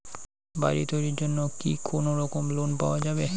বাড়ি তৈরির জন্যে কি কোনোরকম লোন পাওয়া যাবে?